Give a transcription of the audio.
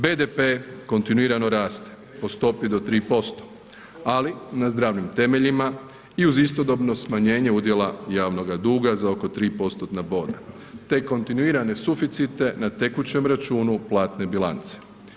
BDP kontinuirano raste po stopi do 3%, ali na zdravim temeljima i uz istodobno smanjenje udjela javnoga duga za oko 3 postotna boda te kontinuirane suficite na tekućem računu platne bilance.